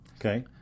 okay